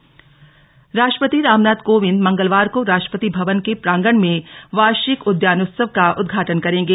Mughal Garden राष्ट्रपति रामनाथ कोविंद मंगलवार को राष्ट्रपति भवन के प्रांगण में वार्षिक उद्यानोत्सव का उद्घाटन करेंगे